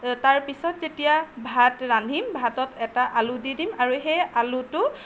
তাৰ পাছত যেতিয়া ভাত ৰান্ধিম ভাতত এটা আলু দি দিম আৰু সেই আলুটো